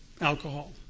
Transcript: alcohol